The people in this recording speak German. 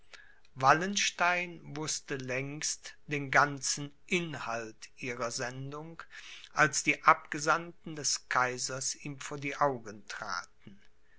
wallenstein wußte längst den ganzen inhalt ihrer sendung als die abgesandten des kaisers ihm vor die augen traten